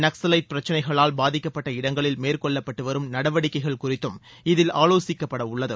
நக்சலைட் பிரச்சினைகளால் பாதிக்கப்பட்ட இடங்களில் மேற்கொள்ளப்பட்டு வரும் நடவடிக்கைகள் குறித்தும் இதில் ஆலோசிக்கப்படவுள்ளது